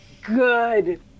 Good